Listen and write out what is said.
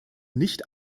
nicht